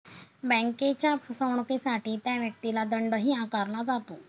बँकेच्या फसवणुकीसाठी त्या व्यक्तीला दंडही आकारला जातो